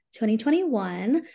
2021